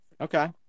Okay